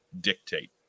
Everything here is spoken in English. dictate